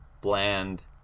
bland